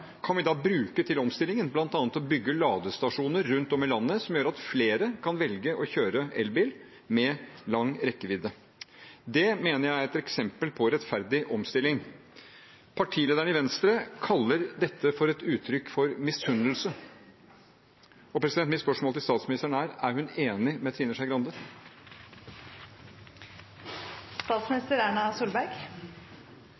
kan vi da bruke til omstillingen, bl.a. til å bygge ladestasjoner rundt om i landet, som gjør at flere kan velge å kjøre elbil og få lang rekkevidde. Det mener jeg er et eksempel på rettferdig omstilling. Partilederen i Venstre kaller dette for et uttrykk for misunnelse. Mitt spørsmål til statsministeren er: Er hun enig med Trine Skei